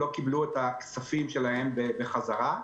לא קיבלו את הכספים שלהם בחזרה.